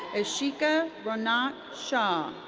ishika ronak shah.